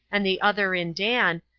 and the other in dan,